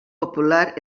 popular